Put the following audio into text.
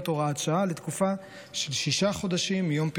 הוראת שעה לתקופה של שישה חודשים מיום פרסומו.